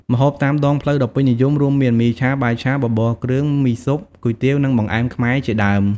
ម្ហូបតាមដងផ្លូវដ៏ពេញនិយមរួមមាន មីឆា បាយឆា បបរគ្រឿង មីស៊ុប គុយទាវ និងបង្អែមខ្មែរជាដើម។